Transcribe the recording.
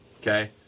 Okay